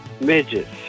midgets